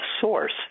Source